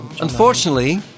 Unfortunately